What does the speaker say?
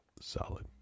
Solid